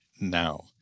now